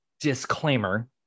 disclaimer